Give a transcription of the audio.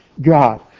God